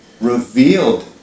revealed